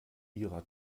ihrer